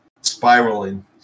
Spiraling